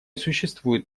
существуют